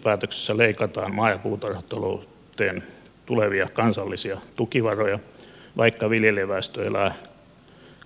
kehyspäätöksessä leikataan maa ja puutarhatalouteen tulevia kansallisia tukivaroja vaikka viljelijäväestö elää